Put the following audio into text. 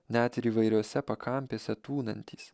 net ir įvairiose pakampėse tūnantys